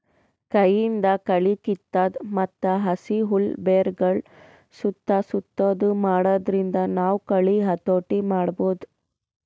ಕೈಯಿಂದ್ ಕಳಿ ಕಿತ್ತದು ಮತ್ತ್ ಹಸಿ ಹುಲ್ಲ್ ಬೆರಗಳ್ ಸುತ್ತಾ ಸುತ್ತದು ಮಾಡಾದ್ರಿಂದ ನಾವ್ ಕಳಿ ಹತೋಟಿ ಮಾಡಬಹುದ್